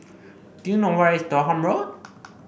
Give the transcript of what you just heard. do you know where is Durham Road